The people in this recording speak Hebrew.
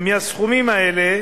מהסכומים האלה